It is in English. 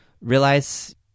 realize